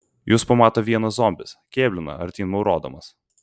jus pamato vienas zombis kėblina artyn maurodamas